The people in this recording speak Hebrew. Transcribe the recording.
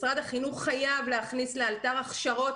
משרד החינוך חייב להכניס לאלתר הכשרות